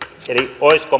olisiko